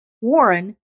Warren